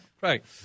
right